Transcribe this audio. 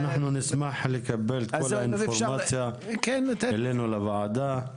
אנחנו נשמח לקבל את כל האינפורמציה אלינו לוועדה.